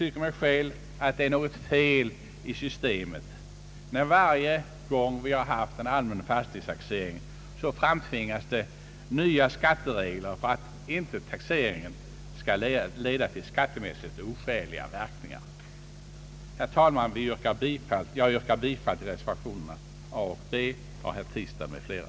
— Det är något fel i systemet eftersom varje gång en allmän fastighetstaxering ägt rum nya skatteregler måste beslutas för att inte taxeringen skall leda till skattemässigt oskäliga verkningar. Herr talman! Jag ber att få yrka bifall till reservationerna A och B av herr Tistad m.fl.